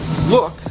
look